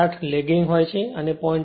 8 legging હોય છે અને 0